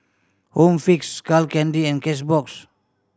Home Fix Skull Candy and Cashbox